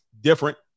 different